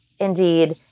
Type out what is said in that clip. indeed